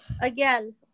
again